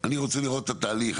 אני רוצה לראות את התהליך.